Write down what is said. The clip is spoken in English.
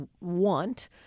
want